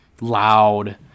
loud